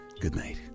Goodnight